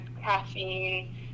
caffeine